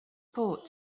port